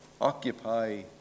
Occupy